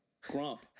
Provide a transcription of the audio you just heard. grump